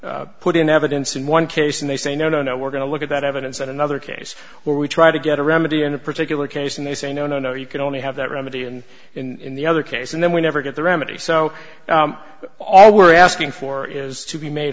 to put in evidence in one case and they say no no no we're going to look at that evidence on another case where we try to get a remedy in a particular case and they say no no no you can only have that remedy and in the other case and then we never get the remedy so all we're asking for is to be made